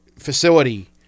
facility